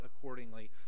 accordingly